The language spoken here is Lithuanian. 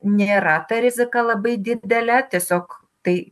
nėra ta rizika labai didelė tiesiog tai